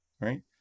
right